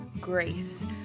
Grace